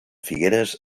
figueres